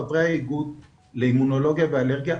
חברי האיגוד לאימונולוגיה ואלרגיה,